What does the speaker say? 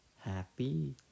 happy